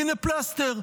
הינה פלסטר,